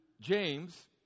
James